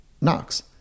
knocks